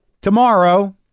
tomorrow